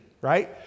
right